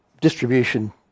distribution